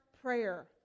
prayer